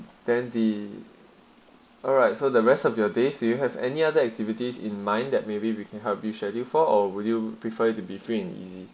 then the alright so the rest of your days you have any other activities in mind that maybe we can help you schedule for our would you prefer to be free and easy